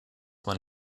man